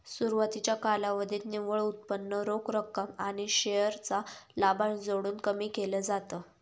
सुरवातीच्या कालावधीत निव्वळ उत्पन्न रोख रक्कम आणि शेअर चा लाभांश जोडून कमी केल जात